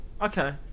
Okay